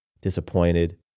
disappointed